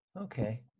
okay